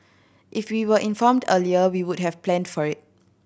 if we were informed earlier we would have planned for it